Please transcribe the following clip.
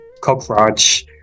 cockroach